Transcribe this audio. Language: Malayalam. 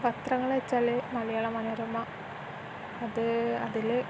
പത്രങ്ങൾ വച്ചാൽ മലയാള മനോരമ അത് അതില്